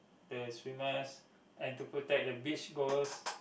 the swimmers and to protect the beach girls